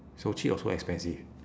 so cheap or so expensive